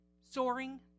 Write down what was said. soaring